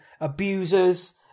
abusers